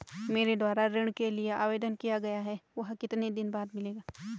मेरे द्वारा ऋण के लिए आवेदन किया गया है वह कितने दिन बाद मिलेगा?